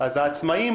אז העצמאים